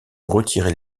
retirer